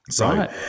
Right